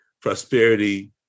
prosperity